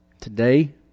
today